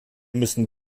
müssen